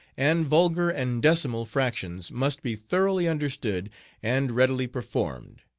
and vulgar and decimal fractions, must be thoroughly understood and readily performed.